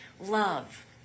love